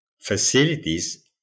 facilities